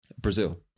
Brazil